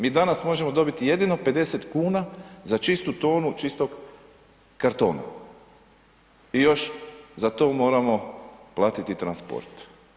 Mi danas možemo dobiti jedino 50 kn za čistu tonu čistog kartona i još za to moramo platiti transport.